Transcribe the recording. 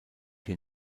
hier